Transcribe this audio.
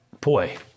Boy